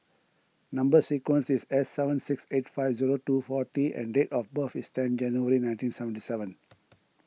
Number Sequence is S seven six eight five zero two four T and date of birth is ten January nineteen seventy seven